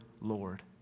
Lord